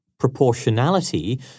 Proportionality